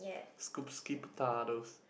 scoop skip potatoes